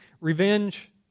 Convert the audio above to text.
revenge